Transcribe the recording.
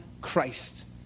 Christ